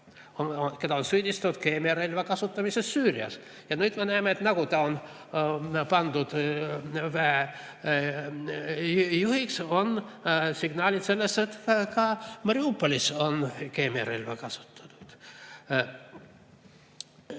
keda on süüdistatud keemiarelva kasutamises Süürias. Ja nüüd me näeme, et nagu ta pandi väe juhiks, on tulnud signaalid sellest, et ka Mariupolis on keemiarelva kasutatud.